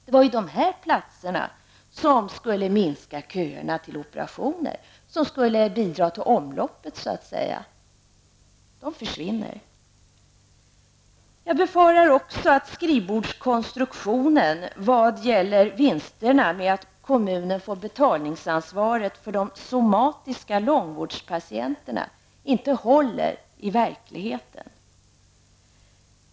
Det var ju de här platserna som skulle minska köerna till operationerna, som så att säga skulle bidra till omloppet. De försvinner. Jag befarar också att skrivbordskonstruktionen i vad gäller vinsterna till följd av kommunen får betalningsansvaret för långvårdspatienter med somatiska sjukdomar inte håller i verkligheten.